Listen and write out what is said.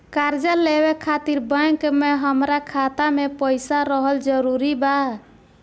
कर्जा लेवे खातिर बैंक मे हमरा खाता मे पईसा रहल जरूरी बा?